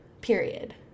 period